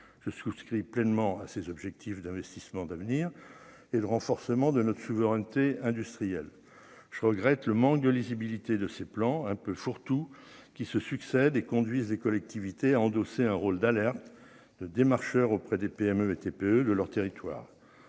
je souscris pleinement à ces objectifs d'investissements d'avenir et de renforcement de notre souveraineté industrielle, je regrette le manque de lisibilité de ces plans un peu fourre-tout qui se succèdent et conduisent et collectivités à endosser un rôle d'alerte de démarcheurs auprès des PME et TPE de leur territoire,